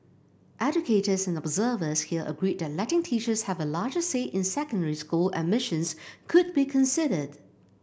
educators and observers here agreed that letting teachers have a larger say in secondary school admissions could be considered